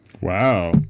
wow